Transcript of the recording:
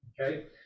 okay